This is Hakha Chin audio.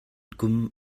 kum